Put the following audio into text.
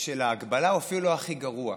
של ההגבלה הוא אפילו לא הכי גרוע.